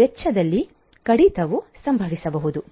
ವೆಚ್ಚದಲ್ಲಿ ಕಡಿತವು ಸಂಭವಿಸಬಹುದು